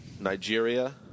Nigeria